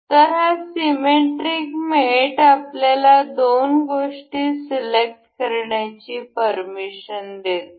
तर हा सीमेट्रिक मेट आपल्याला दोन गोष्टी सिलेक्ट करण्याची परमिशन देतो